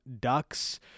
Ducks